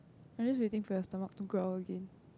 I'm just waiting for your stomach to growl again